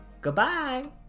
Goodbye